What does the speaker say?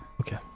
Okay